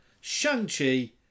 Shang-Chi